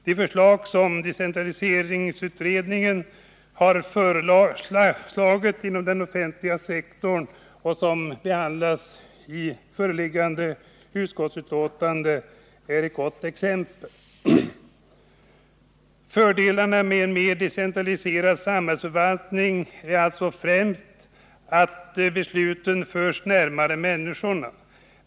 De åtgärder som decentraliseringsutredningen har föreslagit inom den offentliga sektorn, och som behandlas i föreliggande utskottsbetänkande, är ett gott exempel. Fördelarna med en mer decentraliserad samhällsförvaltning är alltså främst att besluten förs närmare människorna.